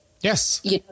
Yes